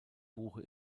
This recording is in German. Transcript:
buche